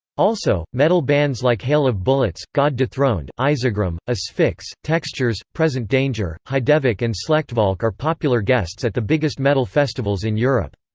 also, metal bands like hail of bullets, god dethroned, izegrim, asphyx, textures, present danger, heidevolk and slechtvalk are popular guests at the biggest metal festivals in europe.